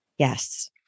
Yes